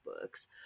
books